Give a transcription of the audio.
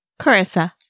Carissa